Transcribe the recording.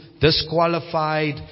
disqualified